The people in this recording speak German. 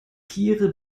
tiere